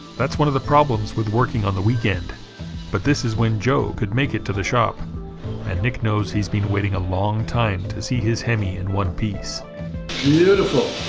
that's one of the problems with working on the weekend but this is when joe could make it to the shop and nick knows he's been waiting a long time to see his hemi in one piece beautiful!